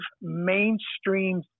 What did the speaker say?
mainstream